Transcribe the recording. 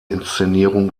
inszenierung